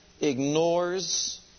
ignores